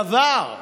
דבר.